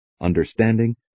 understanding